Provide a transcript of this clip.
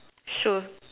sure